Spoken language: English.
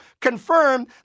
confirmed